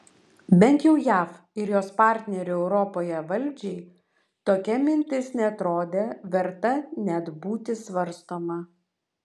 bent jau jav ir jos partnerių europoje valdžiai tokia mintis neatrodė verta net būti svarstoma